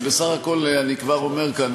אני כבר אומר כאן,